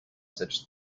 such